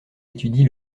étudie